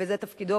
וזה תפקידו.